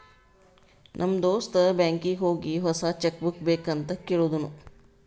ನಮ್ ದೋಸ್ತ ಬ್ಯಾಂಕೀಗಿ ಹೋಗಿ ಹೊಸಾ ಚೆಕ್ ಬುಕ್ ಬೇಕ್ ಅಂತ್ ಕೇಳ್ದೂನು